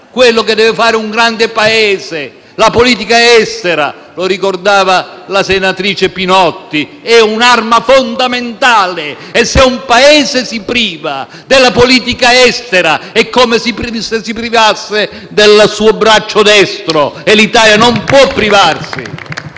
quanto deve fare un grande Paese. La politica estera - lo ricordava la senatrice Pinotti - è un'arma fondamentale, e se un Paese si priva della politica estera è come se si privasse del suo braccio destro *(Applausi